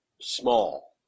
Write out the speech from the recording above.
small